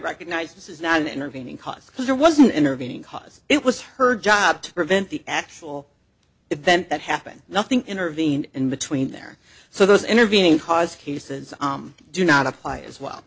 recognized this is not an intervening cause there was an intervening cause it was her job to prevent the actual event that happened nothing intervened in between there so those intervening cause cases do not apply as well